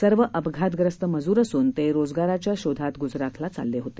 सर्वअपघातग्रस्तमजूरअसून तेरोजगाराच्याशोधातगुजरातलाचाललेहोते